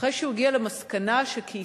אחרי שהוא הגיע למסקנה שכהיסטוריון,